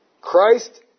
Christ